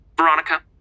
Veronica